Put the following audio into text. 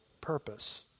purpose